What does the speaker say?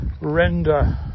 render